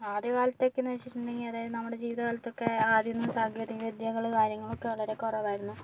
ആദ്യ കാലത്തൊക്കെയെന്ന് വെച്ചിട്ടുണ്ടെങ്കിൽ അതായത് നമ്മുടെ ജീവിതകാലത്തൊക്കെ ആദ്യം സാങ്കേതിക വിദ്യകൾ കാര്യങ്ങൾ ഒക്കെ വളരെ കുറവായിരുന്നു